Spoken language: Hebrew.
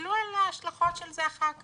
תסתכלו על ההשלכות של זה אחר כך.